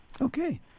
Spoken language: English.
Okay